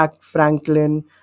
Franklin